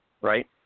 right